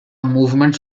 movements